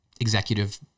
executive